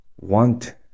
want